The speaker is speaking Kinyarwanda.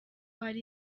hari